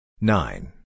Nine